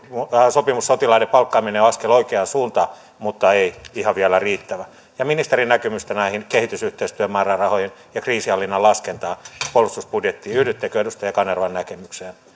sopimussotilaiden palkkaaminen on askel oikeaan suuntaan mutta ei ihan vielä riittävä ja kysyisin ministerin näkemystä näihin kehitysyhteistyömäärärahoihin ja kriisinhallinnan laskentaan puolustusbudjettiin yhdyttekö edustaja kanervan näkemykseen